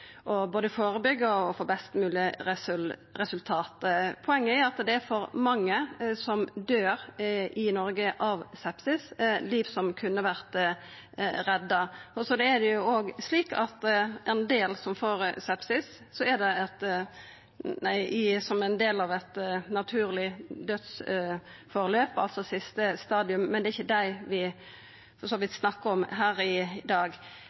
best mogleg resultat. Poenget er at det er for mange som døyr av sepsis i Noreg. Det er liv som kunne ha vore redda. Det er òg slik at det er ein del som får sepsis som ein del av eit naturleg dødsforløp, altså i siste stadium, men det er for så vidt ikkje dei vi snakkar om her i dag.